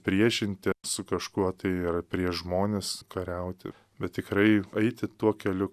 priešinti su kažkuo tai ir prieš žmones kariauti bet tikrai eiti tuo keliu